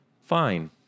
fine